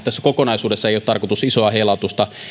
tässä kokonaisuudessa ei ole tarkoitus isoa heilautusta